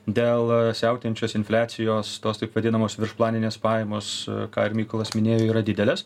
dėl siautėjančios infliacijos tos taip vadinamos viršplaninės pajamos ką ir mykolas minėjo yra didelės